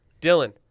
Dylan